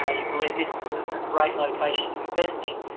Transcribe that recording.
ah you believe this is a great location to invest in,